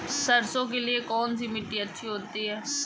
सरसो के लिए कौन सी मिट्टी अच्छी होती है?